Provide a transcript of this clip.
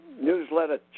newsletter